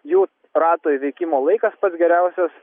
jų rato įveikimo laikas pats geriausias